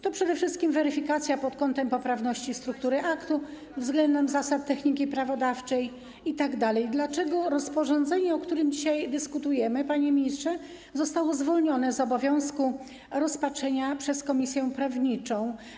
To przede wszystkim weryfikacja pod kątem poprawności struktury aktu względem ˝Zasad techniki prawodawczej˝ itd. Dlaczego rozporządzenie, o którym dzisiaj dyskutujemy, panie ministrze, zostało zwolnione z obowiązku rozpatrzenia przez komisję prawniczą?